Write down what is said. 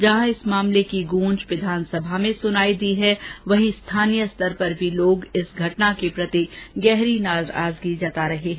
जहां इस मामले की गूंज विधानसभा में सुनाई दी है वहीं स्थानीय स्तर पर भी लोग इस घटना के प्रति गहरी नाराजगी जता रहे हैं